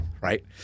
right